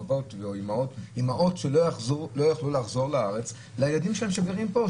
אימהות שלא יכלו לחזור לארץ לילדים שלהן שגרים פה.